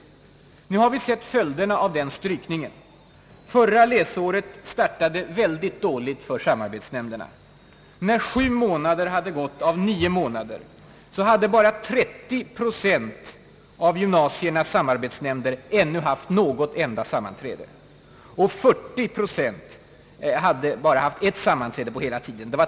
Nu har vi sett följderna av den strykningen. Förra läsåret startade väldigt dåligt för samarbetsnämnderna. När sju av nio månader hade gått hade 30 procent av gymnasiernas samarbetsnämnder ännu inte haft något enda sammanträde, och 40 procent hade bara haft ett sammanträde.